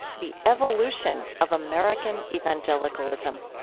the evolution of american evangelicalism.